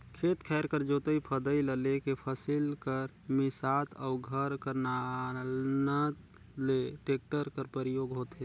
खेत खाएर कर जोतई फदई ल लेके फसिल कर मिसात अउ घर कर लानत ले टेक्टर कर परियोग होथे